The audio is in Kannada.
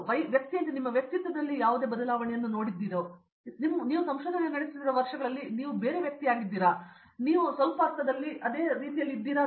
ನಾನು ವ್ಯಕ್ತಿಯಂತೆ ನಿಮ್ಮ ವ್ಯಕ್ತಿತ್ವದಲ್ಲಿ ಯಾವುದೇ ಬದಲಾವಣೆಯನ್ನು ನೋಡುತ್ತಿದ್ದೇನೆ ನೀವು ಸಂಶೋಧನೆ ನಡೆಸುತ್ತಿರುವ ವರ್ಷಗಳಲ್ಲಿ ನೀವು ಬೇರೆ ವ್ಯಕ್ತಿಯಾಗಿದ್ದೀರಾ ನೀವು ಸ್ವಲ್ಪ ಅರ್ಥದಲ್ಲಿ ಇರುತ್ತಿದ್ದೀರಾ